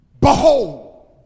Behold